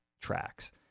tracks